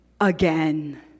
again